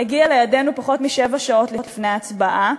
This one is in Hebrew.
הגיע לידינו פחות משבע שעות לפני ההצבעה.